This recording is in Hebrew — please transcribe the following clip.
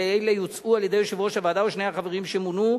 ואלה יוצעו על-ידי יושב-ראש הוועדה ושני החברים שמונו,